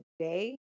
today